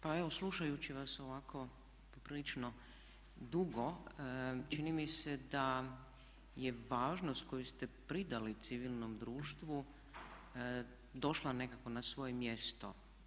Pa evo slušajući vas ovako poprilično dugo čini mi se da je važnost koju ste pridali civilnom društvu došla nekako na svoje mjesto.